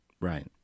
Right